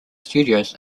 studios